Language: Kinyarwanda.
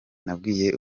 nabwiye